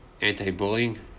anti-bullying